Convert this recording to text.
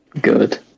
Good